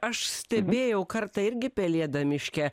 aš stebėjau kartą irgi pelėdą miške